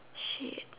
shit